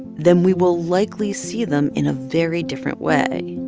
then we will likely see them in a very different way.